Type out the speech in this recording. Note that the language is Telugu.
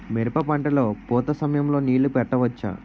మిరప పంట లొ పూత సమయం లొ నీళ్ళు పెట్టవచ్చా?